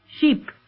Sheep